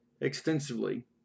extensively